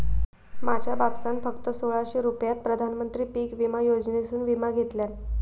माझ्या बापसान फक्त सोळाशे रुपयात प्रधानमंत्री पीक विमा योजनेसून विमा घेतल्यान